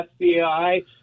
FBI